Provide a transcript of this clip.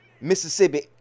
Mississippi